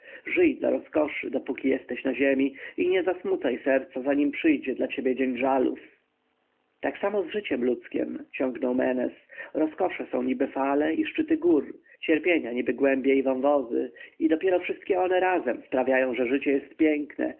żyj dla rozkoszy dopóki jesteś na ziemi i nie zasmucaj serca zanim przyjdzie dla ciebie dzień żalów tak samo z życiem ludzkiem ciągnął menes rozkosze są niby fale i szczyty gór cierpienia niby głębie i wąwozy i dopiero wszystkie one razem sprawiają że życie jest piękne